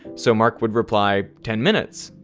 so mark would reply ten minutes,